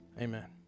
Amen